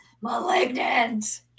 malignant